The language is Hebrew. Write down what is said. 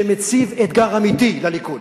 שמציב אתגר אמיתי לליכוד.